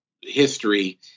history